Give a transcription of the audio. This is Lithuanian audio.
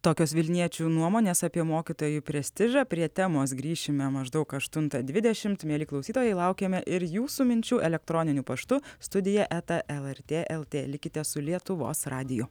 tokios vilniečių nuomonės apie mokytojų prestižą prie temos grįšime maždaug aštunta dvidešimt mieli klausytojai laukiame ir jūsų minčių elektroniniu paštu studija eta lrt lt likite su lietuvos radiju